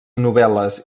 novel·les